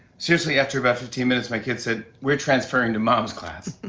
seriously, after about fifteen minutes, my kids said, we're transferring to mom's class.